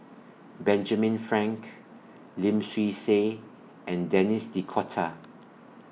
Benjamin Frank Lim Swee Say and Denis D'Cotta